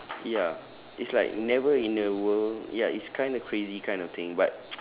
ya it's like never in the world ya it's kind of crazy kind of thing but